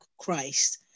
Christ